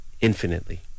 infinitely